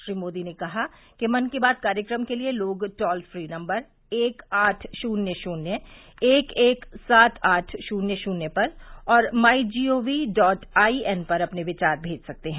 श्री मोदी ने कहा कि मन की बात कार्यक्रम के लिए लोग टोल फ्री नम्बर एक आठ शून्य शून्य एक एक सात आठ शून्य शून्य पर और my G O V dot I N पर अपने विचार भेज सकते हैं